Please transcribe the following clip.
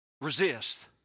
resist